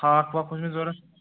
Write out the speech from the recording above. ہاکھ واکھ اوس مےٚ ضروٗرت